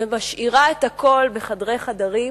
ומשאירה את הכול בחדרי חדרים,